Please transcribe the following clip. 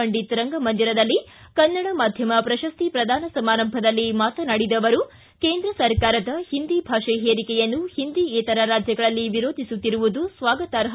ಪಂಡಿತ ರಂಗಮಂದಿರದಲ್ಲಿ ಕನ್ನಡ ಮಾಧ್ಯಮ ಪ್ರಶಸ್ತಿ ಪ್ರದಾನ ಸಮಾರಂಭದಲ್ಲಿ ಮಾತನಾಡಿದ ಅವರು ಕೇಂದ್ರ ಸರ್ಕಾರದ ಹಿಂದಿ ಭಾಷೆ ಹೇರಿಕೆಯನ್ನು ಹಿಂದಿಯೇತರ ರಾಜ್ಯಗಳಲ್ಲಿ ವಿರೋಧಿಸುತ್ತಿರುವುದು ಸ್ವಾಗತಾರ್ಹ